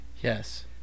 yes